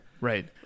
Right